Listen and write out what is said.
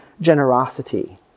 generosity